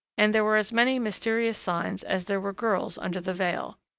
and there were as many mysterious signs as there were girls under the veil.